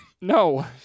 No